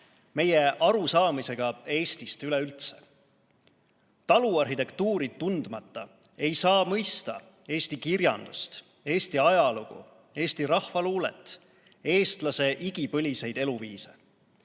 meie arusaamisega Eestist üleüldse. Taluarhitektuuri tundmata ei saa mõista eesti kirjandust, Eesti ajalugu, eesti rahvaluulet, eestlase igipõliseid eluviise.